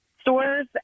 stores